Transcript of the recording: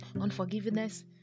Unforgiveness